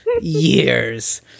years